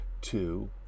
Two